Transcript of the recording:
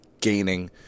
gaining